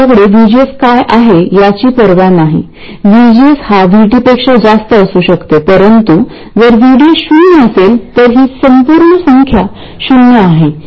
दुसरीकडे येथे काय होते की तुम्ही पाहू शकता की येथे kn भाजक आहे